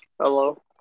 Hello